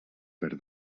per